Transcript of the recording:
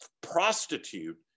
prostitute